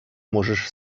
можеш